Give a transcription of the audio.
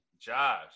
Josh